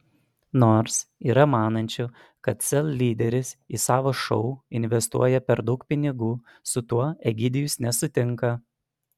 nors yra manančių kad sel lyderis į savo šou investuoja per daug pinigų su tuo egidijus nesutinka